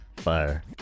fire